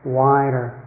wider